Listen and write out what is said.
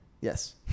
Yes